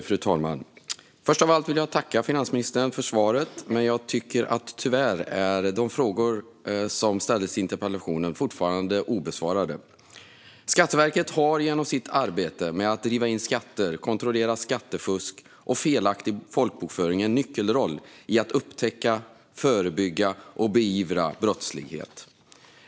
Fru talman! Först av allt vill jag tacka finansministern för svaret, men jag tycker att de frågor som ställdes i interpellationen tyvärr fortfarande är obesvarade. Skatteverket har genom sitt arbete med att driva in skatter och kontrollera skattefusk och felaktig folkbokföring en nyckelroll i att upptäcka, förebygga och beivra brottslighet.